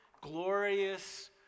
glorious